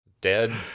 Dead